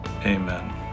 amen